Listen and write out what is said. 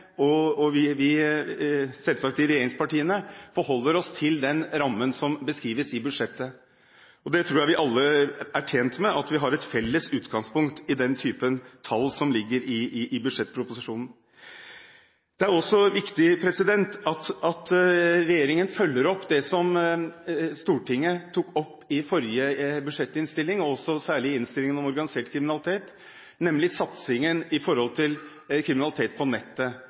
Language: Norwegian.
og selvsagt vi i regjeringspartiene, forholder oss til den rammen som beskrives i budsjettet. Jeg tror vi alle er tjent med at vi har et felles utgangspunkt når det gjelder den typen tall som ligger i budsjettproposisjonen. Det er også viktig at regjeringen følger opp det som Stortinget tok opp i forrige budsjettinnstilling, og særlig også i innstillingen om organisert kriminalitet, nemlig satsingen i forhold til kriminalitet på nettet,